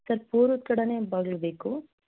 sir ಪೂರ್ವದ ಕಡೆಯೇ ಬಾಗಿಲು ಬೇಕು